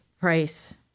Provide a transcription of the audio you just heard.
price